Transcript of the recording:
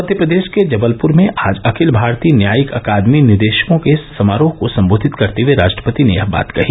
मव्यप्रदेश के जबलपुर में आज अखिल भारतीय न्यायिक अकादमी निदेशकों के समारोह को सम्बोधित करते हुए राष्ट्रपति ने यह बात कही